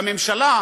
והממשלה,